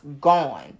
gone